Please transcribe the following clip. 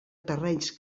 terrenys